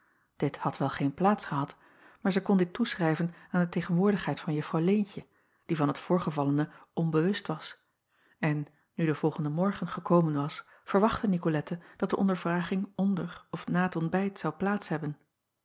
it had wel geen plaats gehad maar zij kon dit toeschrijven aan de tegenwoordigheid van uffrouw eentje die van het voorgevallene onbewust was en nu de volgende morgen gekomen was verwachtte icolette dat de ondervraging onder of na t ontbijt zou plaats hebben